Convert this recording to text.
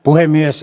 puhemies